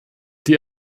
die